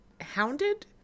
hounded